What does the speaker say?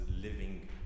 living